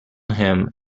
him